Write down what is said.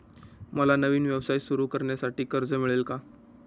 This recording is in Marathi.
मला नवीन व्यवसाय सुरू करण्यासाठी कर्ज मिळेल का?